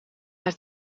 haar